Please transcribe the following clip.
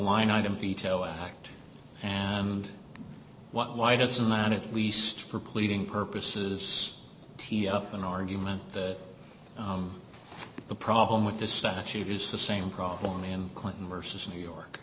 line item veto act and why doesn't it we stop for pleading purposes t a up an argument that the problem with the statute is the same problem clinton versus new york